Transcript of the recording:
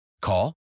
Call